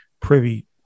privy